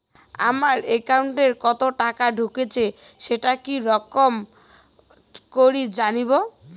আমার একাউন্টে কতো টাকা ঢুকেছে সেটা কি রকম করি জানিম?